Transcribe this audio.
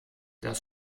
das